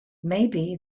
maybe